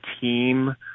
team